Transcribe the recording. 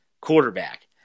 quarterback